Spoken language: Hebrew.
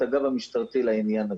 את הגב המשטרתי לעניין הזה.